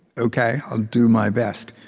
ok, i'll do my best.